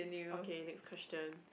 okay next question